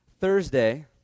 Thursday